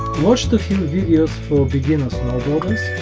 watched a few videos for beginner snowboarders,